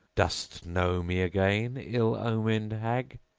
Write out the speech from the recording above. dost know me again, ill omened hag?